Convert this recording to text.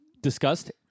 discussed